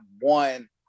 one